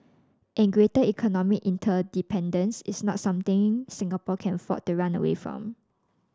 and greater economic interdependence is not something Singapore can afford to run away from